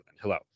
Hello